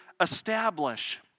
establish